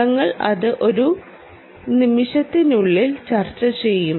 ഞങ്ങൾ അത് ഒരു നിമിഷത്തിനുള്ളിൽ ചർച്ച ചെയ്യും